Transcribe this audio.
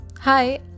Hi